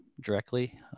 directly